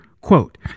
Quote